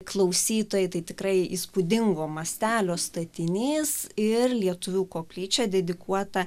klausytojai tai tikrai įspūdingo mastelio statinys ir lietuvių koplyčia dedikuota